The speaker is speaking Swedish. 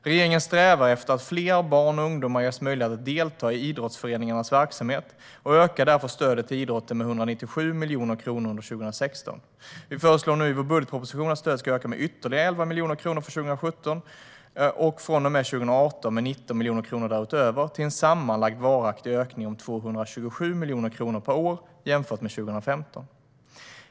Regeringen strävar efter att fler barn och ungdomar ges möjlighet att delta i idrottsföreningarnas verksamhet och ökade därför stödet till idrotten med 197 miljoner kronor under 2016. Vi föreslår nu i vår budgetproposition att stödet ska öka med ytterligare 11 miljoner kronor för 2017 och från och med 2018 med 19 miljoner kronor därutöver, till en sammanlagd varaktig ökning om 227 miljoner kronor per år jämfört med 2015.